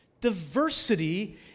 Diversity